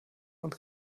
und